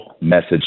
message